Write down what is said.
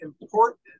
important